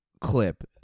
clip